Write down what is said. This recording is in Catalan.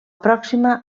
pròxima